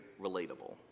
relatable